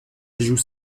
joue